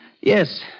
Yes